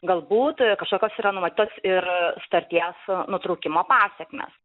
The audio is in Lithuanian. galbūt kažkokios yra numatytos ir sutarties nutraukimo pasekmes